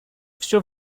все